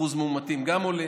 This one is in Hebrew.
אחוז המאומתים גם עולה.